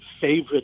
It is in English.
favorite